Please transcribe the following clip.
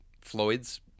Floyd's